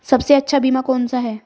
सबसे अच्छा बीमा कौनसा है?